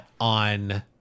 on